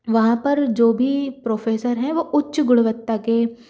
वहाँ पर जो भी प्रोफ़ेसर है वह उच्च गुणवता के